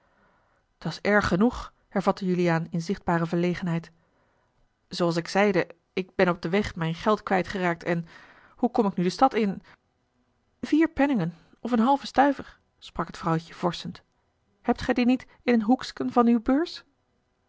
weg dat's erg genoeg hervatte juliaan in zichtbare verlegenheid zooals ik zeide ik ben op den weg mijn geld kwijt geraakt en hoe kom ik nu de stad in vier penningen of een halven stuiver sprak het vrouwtje vorschend hebt gij die niet in een hoeksken van uwe beurs